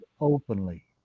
openly